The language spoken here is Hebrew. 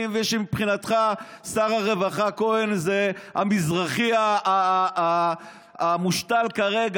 אני מבין שמבחינתך שר הרווחה כהן זה המזרחי המושתל כרגע,